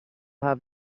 have